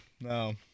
no